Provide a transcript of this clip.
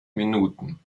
minuten